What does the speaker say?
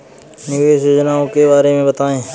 निवेश योजनाओं के बारे में बताएँ?